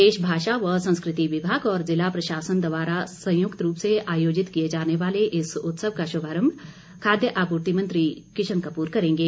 प्रदेश भाषा व संस्कृति विभाग और जिला प्रशासन द्वारा संयुक्त रूप से आयोजित किए जाने वाले इस उत्सव का शुभारंभ खाद्य आपूर्ति मंत्री किशन कपूर करेंगे